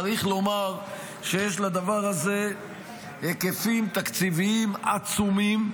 צריך לומר שיש לדבר הזה היקפים תקציביים עצומים,